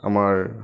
আমাৰ